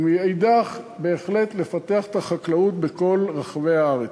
ומאידך, בהחלט לפתח את החקלאות בכל רחבי הארץ.